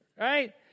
Right